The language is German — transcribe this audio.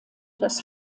das